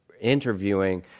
interviewing